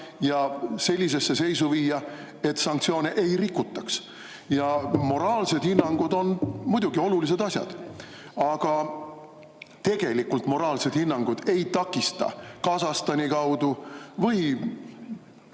ja sellisesse seisu viia, et sanktsioone ei rikutaks. Moraalsed hinnangud on muidugi olulised. Aga moraalsed hinnangud ei takista Kasahstani või